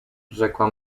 rzekła